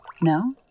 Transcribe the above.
No